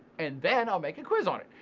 and then i'll make a quiz on it.